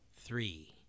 three